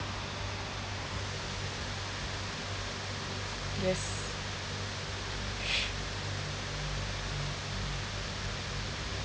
yes